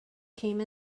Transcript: came